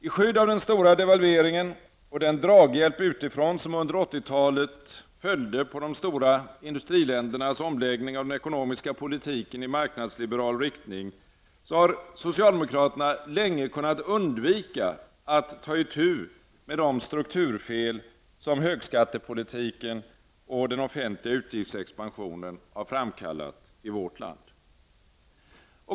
I skydd av den stora devalveringen och den draghjälp utifrån som under 1980-talet följde på de stora industriländernas omläggning av den ekonomiska politiken i marknadsliberal riktning har socialdemokraterna länge kunnat undvika att ta itu med de strukturfel som högskattepolitiken och den offentliga utgiftsexpansionen har framkallat i vårt land.